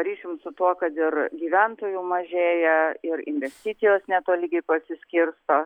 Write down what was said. ryšium su tuo kad ir gyventojų mažėja ir investicijos netolygiai pasiskirsto